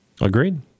Agreed